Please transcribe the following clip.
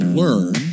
learn